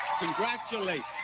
congratulations